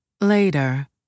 Later